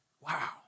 Wow